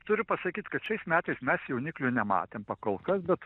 turiu pasakyt kad šiais metais mes jauniklių nematėm pakolkas bet